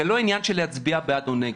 זה לא עניין של להצביע בעד או נגד.